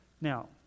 Now